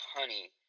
honey